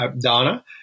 Donna